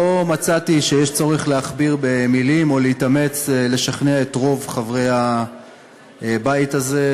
צורך להכביר מילים או להתאמץ לשכנע את רוב חברי הבית הזה,